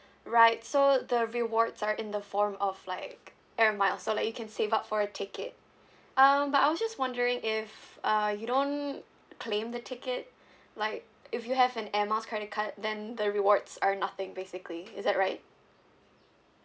right so the rewards are in the form of like air miles so like you can save up for a ticket um but I was just wondering if uh you don't claim the ticket like if you have an air miles credit card then the rewards are nothing basically is that right